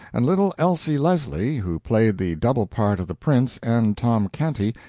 and little elsie leslie, who played the double part of the prince and tom canty,